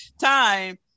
time